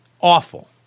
Awful